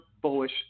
bullish